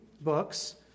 books